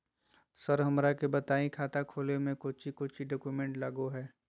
Sir हमरा के बताएं खाता खोले में कोच्चि कोच्चि डॉक्यूमेंट लगो है?